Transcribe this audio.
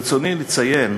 ברצוני לציין